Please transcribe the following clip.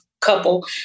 couple